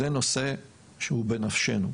זה נושא שהוא בנפשנו.